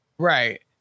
Right